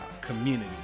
community